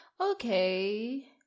Okay